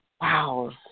Wow